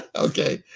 Okay